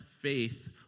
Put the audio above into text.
faith